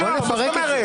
מה זאת אומרת?